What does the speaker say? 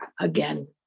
again